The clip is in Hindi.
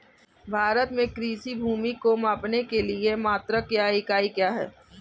भारत में कृषि भूमि को मापने के लिए मात्रक या इकाई क्या है?